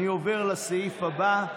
אני עובר לסעיף הבא.